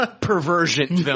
perversion